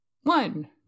One